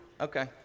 Okay